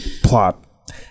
plot